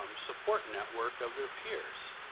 um support network of their peers.